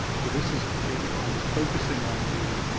so this is i was focusing on the